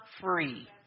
free